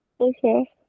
okay